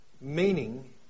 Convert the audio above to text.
meaning